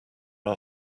are